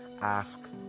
Ask